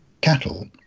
cattle